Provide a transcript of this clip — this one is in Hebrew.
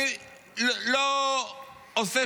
רק תומכת